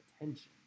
attention